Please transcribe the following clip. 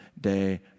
day